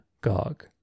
Gog